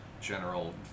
general